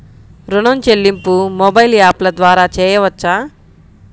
ఋణం చెల్లింపు మొబైల్ యాప్ల ద్వార చేయవచ్చా?